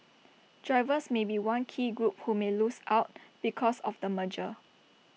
drivers may be one key group who may lose out because of the merger